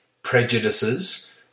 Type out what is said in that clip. Prejudices